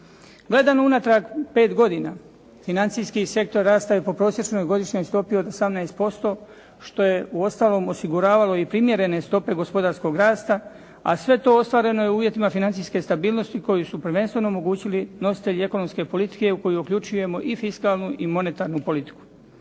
Gledano unatrag pet godina financijski sektor rastao je po prosječnoj godišnjoj stopi od 18% što je uostalom osiguravalo i primjerene stope gospodarskog rasta, a sve to ostvareno je u uvjetima financijske stabilnosti koju su prvenstveno omogućili nositelji ekonomske politike u koju uključujemo i fiskalnu i monetarnu politiku.